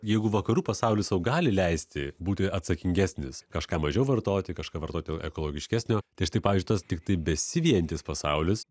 jeigu vakarų pasaulis sau gali leisti būti atsakingesnis kažką mažiau vartoti kažką vartoti ekologiškesnio tai štai pavyzdžiui tas tiktai besivijantis pasaulis